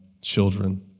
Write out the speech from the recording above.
children